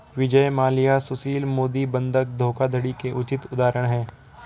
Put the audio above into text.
विजय माल्या सुशील मोदी बंधक धोखाधड़ी के उचित उदाहरण है